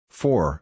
four